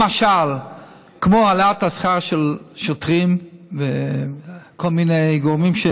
למשל העלאת השכר של שוטרים וכל מיני גורמים,